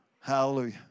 Hallelujah